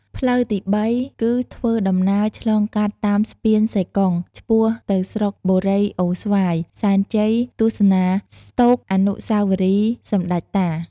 ផ្លូវទី៣ គឺធ្វើដំណើរឆ្លងកាត់តាមស្ពានសេកុងឆ្ពោះទៅស្រុកបុរីអូរស្វាយសែនជ័យទស្សនាស្ដូកអានុស្សាវរីយ៍សម្ដេចតា។